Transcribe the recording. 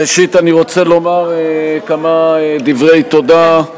ראשית, אני רוצה לומר כמה דברי תודה.